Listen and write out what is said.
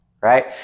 right